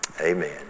amen